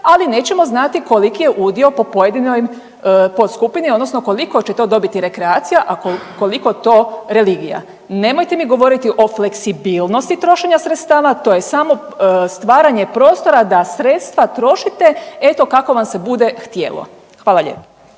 ali nećemo znati koliko je udio po pojedinoj podskupni odnosno koliko će to dobiti to rekreacija, a koliko to religija. Nemojte mi govoriti o fleksibilnosti trošenja sredstava to je samo stvaranje prostora da sredstva trošite eto kako vam se bude htjelo. Hvala lijepo.